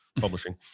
publishing